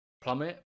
plummet